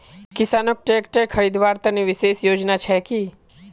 किसानोक ट्रेक्टर खरीदवार तने विशेष योजना छे कि?